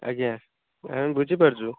ଆଜ୍ଞା ଆମେ ବୁଝିପାରୁଛୁ